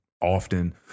often